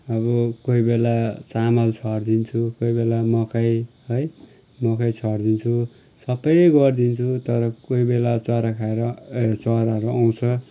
अब कोही बेला चामल छरिदिन्छु कोही बेला मकै है मकै छरिदिन्छु सबै गरिदिन्छु तर कोही बेला चरा खाएर ए चराहरू आउँछ